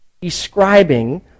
describing